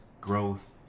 growth